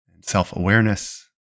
self-awareness